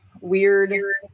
weird